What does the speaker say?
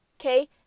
Okay